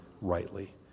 rightly